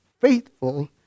faithful